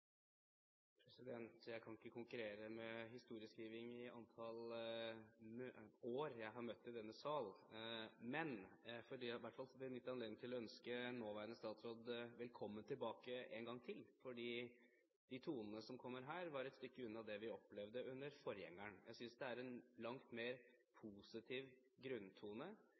Jeg kan ikke konkurrere i å skrive historie når det gjelder antall år jeg har møtt i denne sal, men jeg vil benytte anledningen til å ønske nåværende statsråd velkommen tilbake, for de tonene vi hørte her, var et stykke unna dem vi hørte under forgjengeren. Jeg synes det er en langt mer positiv grunntone